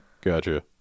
gotcha